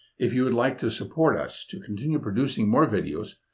if you would like to support us to continue producing more videos,